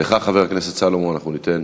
לך, חבר הכנסת סולומון, אנחנו ניתן